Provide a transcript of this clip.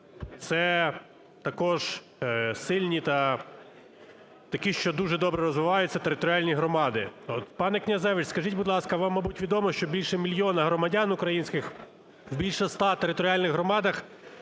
це також сильні та такі, що дуже добре розвиваються територіальні громади. Пане Князевич, скажіть, будь ласка, вам, мабуть, відомо, що більше мільйона громадян українських в більше ста територіальних громадах